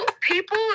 people